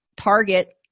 target